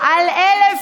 גם על דברים,